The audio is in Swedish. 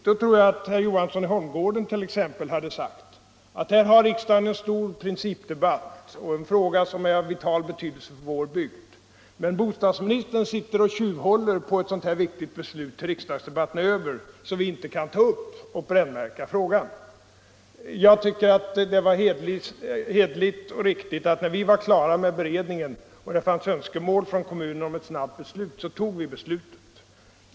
Då tror jag att t.ex. herr Johansson i Holmgården hade sagt: Här har riksdagen en stor principdebatt i en fråga som är av vital betydelse för vår bygd, men bostadsministern sitter och tjuvhåller på ett sådant här viktigt beslut tills riksdagsdebatten är över så att vi inte kan ta upp och brännmärka frågan. Jag tyckte att det var hederligt och riktigt att vi — när vi var klara med beredningen och det fanns önskemål från kommunen om ett snabbt beslut — fattade beslutet.